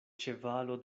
ĉevalo